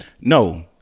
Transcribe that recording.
No